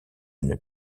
une